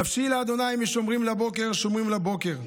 נפשי לה' משֹמרים לבֹקר שֹמרים לבֹקר.